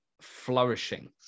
flourishing